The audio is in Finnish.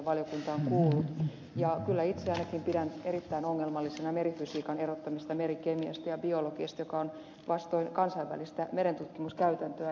kyllä itse ainakin pidän erittäin ongelmallisena merifysiikan erottamista merikemiasta ja biologiasta joka on vastoin kansainvälistä merentutkimuskäytäntöä